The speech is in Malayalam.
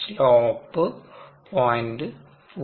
സ്ലോപ് 0